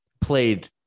played